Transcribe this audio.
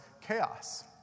chaos